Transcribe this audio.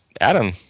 Adam